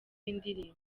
indirimbo